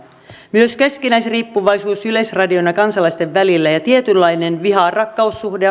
myös keskinäisriippuvaisuus yleisradion ja kansalaisten välillä ja tietynlainen viha rakkaussuhde